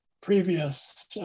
previous